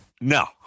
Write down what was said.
No